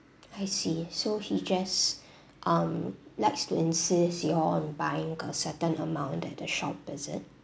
I see so he just um likes to insist you all on buying a certain amount at the shop is it